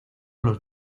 los